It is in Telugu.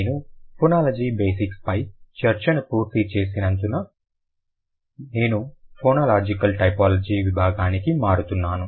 నేను ఫొనాలజీ బేసిక్స్పై చర్చను పూర్తి చేసినందున నేను ఫొనాలాజికల్ టైపోలాజీ విభాగానికి మారుతున్నాను